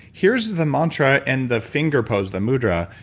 here's the mantra and the finger pose, the mudra,